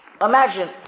imagine